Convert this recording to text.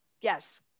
Yes